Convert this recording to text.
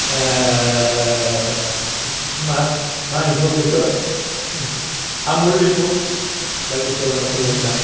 मा मा एम्फौ बेखो आमुलि फुख दा गोसोआवनो फैयो होना